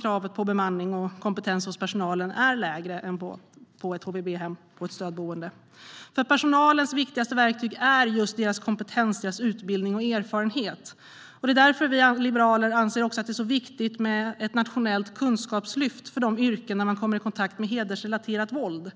Kravet på bemanning och kompetens hos personalen är nämligen lägre på ett stödboende än ett HVB-hem. Personalens viktigaste verktyg är just deras kompetens, utbildning och erfarenhet. Därför anser vi liberaler att det är viktigt med ett nationellt kunskapslyft för yrken där man kommer i kontakt med hedersrelaterat våld.